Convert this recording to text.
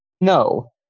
No